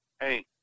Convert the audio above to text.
hey